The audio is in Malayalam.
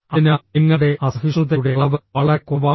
അതിനാൽ നിങ്ങളുടെ അസഹിഷ്ണുതയുടെ അളവ് വളരെ കുറവാണ്